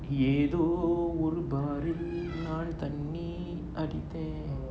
ஏதோ ஒரு பாரில் நான் தண்ணீ அடித்தேன்:yetho oru baaril naan thanni adithen